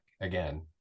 again